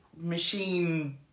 machine